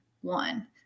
one